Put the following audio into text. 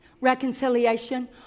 reconciliation